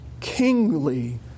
kingly